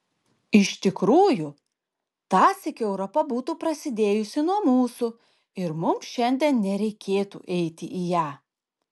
iš tikrųjų tąsyk europa būtų prasidėjusi nuo mūsų ir mums šiandien nereikėtų eiti į ją